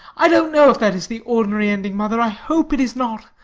i don't know if that is the ordinary ending, mother i hope it is not.